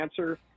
answer